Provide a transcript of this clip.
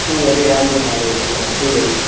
ठीक ऐ फी रैह देओ तां नेई जन्ना मीं ठीक ऐ फ्ही